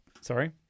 sorry